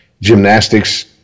gymnastics